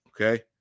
Okay